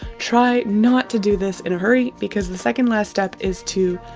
try not to do this in a hurry because the second last step is to.